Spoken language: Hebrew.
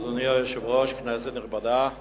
אדוני היושב-ראש, כנסת נכבדה,